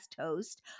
host